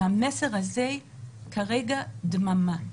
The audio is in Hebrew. המסר הזה כרגע דממה.